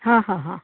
हां हां हां